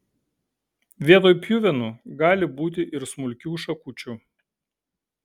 vietoj pjuvenų gali būti ir smulkių šakučių